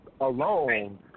alone